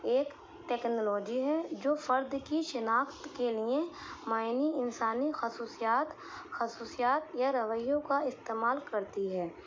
ایک ٹکنالاجی ہے جو فرد کی شناخت کے لیے مائنی انسانی خصوصیات خصوصیات یا رویوں کا استعمال کرتی ہے